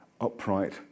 upright